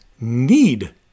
need